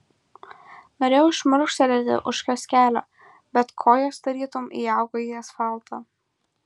norėjau šmurkštelėti už kioskelio bet kojos tarytum įaugo į asfaltą